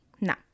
Now